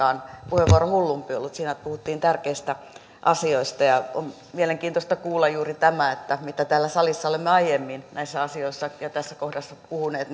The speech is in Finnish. puheenvuoro hullumpi ollut siinä puhuttiin tärkeistä asioista ja on mielenkiintoista kuulla juuri tämä että se mitä täällä salissa olemme aiemmin näissä asioissa ja tässä kohdassa puhuneet